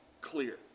clear